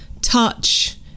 touch